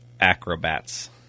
acrobats